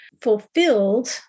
fulfilled